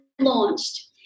launched